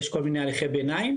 יש כל מיני הליכי ביניים,